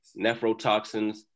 nephrotoxins